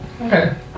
Okay